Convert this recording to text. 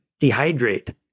dehydrate